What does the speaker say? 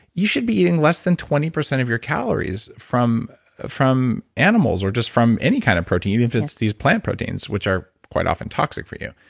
you should be eating less than twenty percent of your calories from from animals, or just from any kind of protein even if it's these plant proteins, which are quite often toxic for you.